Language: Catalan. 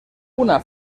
una